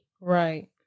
right